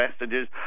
messages